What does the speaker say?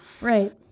Right